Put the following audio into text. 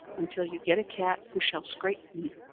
until you get a cat who shall scrape me.